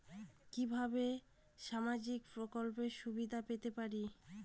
কিভাবে সামাজিক প্রকল্পের সুবিধা পেতে পারি?